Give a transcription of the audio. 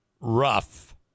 rough